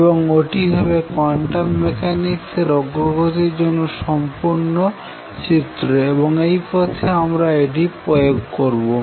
এবং ওটি হবে কোয়ান্টাম মেকানিক্স এর অগ্রগতির জন্য সম্পূর্ণ চিত্র এবং এই পথে আমরা এটি প্রয়োগ করবো